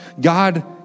God